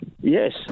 Yes